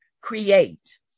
create